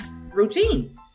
routine